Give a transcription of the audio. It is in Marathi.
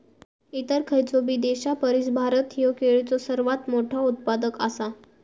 इतर खयचोबी देशापरिस भारत ह्यो केळीचो सर्वात मोठा उत्पादक आसा